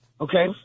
okay